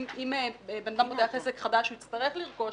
אם בן אדם פותח עכשיו עסק חדש, הוא יצטרך לרכוש